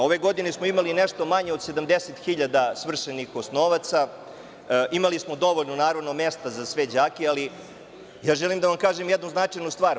Ove godine smo imali nešto manje od 70.000 svršenih osnovaca, imali smo dovoljno mesta za sve đake, ali želim da vam kažem jednu značajnu stvar.